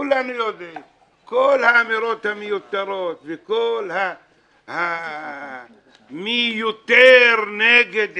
כל האמירות המיותרות, מי יותר נגד עישון,